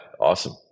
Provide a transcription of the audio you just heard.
awesome